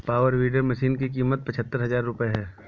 power weeder machine की कीमत पचहत्तर हजार रूपये है